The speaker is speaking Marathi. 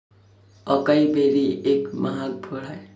अकाई बेरी एक महाग फळ आहे